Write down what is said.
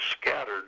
scattered